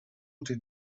den